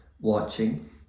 watching